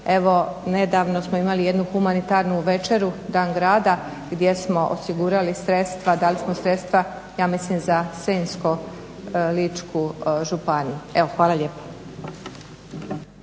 Evo nedavno smo imali jednu humanitarnu večeru, dan grada gdje smo osigurali sredstva, dali smo sredstva ja mislim za Senjsko-ličku županiju. Evo hvala lijepa.